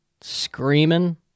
Screaming